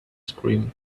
scream